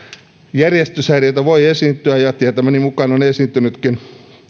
järjestyshäiriöitä voi esiintyä ja tietämäni mukaan on esiintynytkin